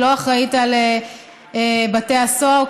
אני לא אחראית על בתי הסוהר.